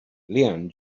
leanne